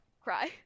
cry